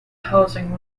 housing